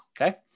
okay